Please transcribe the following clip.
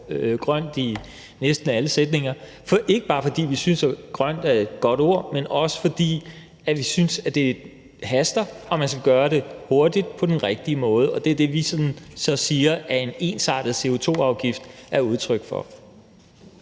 »grønt« i næsten alle sætninger, ikke bare fordi vi synes, at grønt er et godt ord, men også fordi vi synes, at det haster, og at man skal gøre det hurtigt og på den rigtige måde, og det er det, vi så siger en ensartet CO2-afgift er udtryk for.